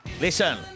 Listen